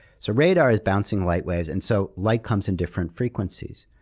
so radar is bouncing light waves. and so light comes in different frequencies,